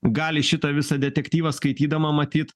gali šitą visą detektyvą skaitydama matyt